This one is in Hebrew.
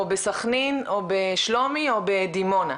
או בסכנין, או בשלומי, או בדימונה,